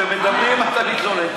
כשאתם מדברים אתה מתלונן.